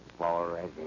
already